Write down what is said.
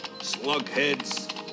Slugheads